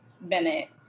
Bennett